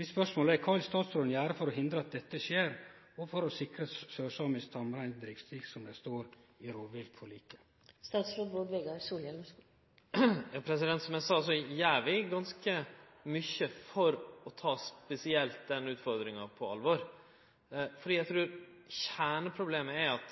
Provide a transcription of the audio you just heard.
Mitt spørsmål er: Kva vil statsråden gjere for å hindre at dette skjer, og for å sikre sørsamisk tamreindrift, slik som det står i rovviltforliket? Som eg sa, gjer vi ganske mykje for spesielt å ta denne utfordringa på alvor. Kjerneproblemet er at